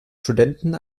studenten